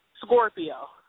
Scorpio